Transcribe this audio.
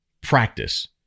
practice